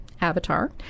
Avatar